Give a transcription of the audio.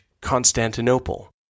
Constantinople